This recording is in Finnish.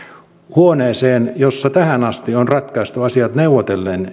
huoneeseen jossa tähän asti on ratkaistu asiat neuvotellen